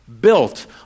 built